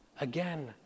Again